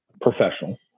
professional